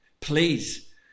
please